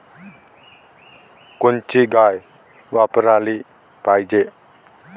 कोनची गाय वापराली पाहिजे?